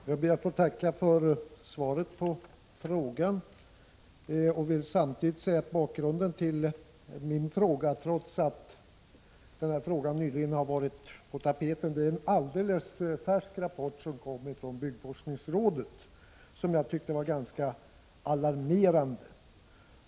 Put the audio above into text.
Herr talman! Jag ber att få tacka för svaret på min fråga. Samtidigt vill jag säga att bakgrunden till min fråga — jag är medveten om att detta nyligen varit på tapeten — är en alldeles färsk rapport från byggforskningsrådet som jag tycker är ganska alarmerande.